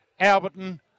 Alberton